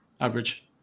average